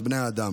את בני האדם.